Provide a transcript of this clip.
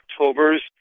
Octobers